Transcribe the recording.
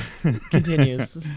continues